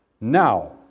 Now